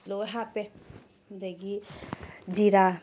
ꯂꯣꯏ ꯍꯥꯞꯄꯦ ꯑꯗꯨꯗꯒꯤ ꯖꯤꯔꯥ